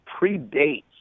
predates